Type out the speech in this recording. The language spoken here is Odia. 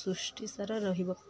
ସୃଷ୍ଟି ସାର ରହିବ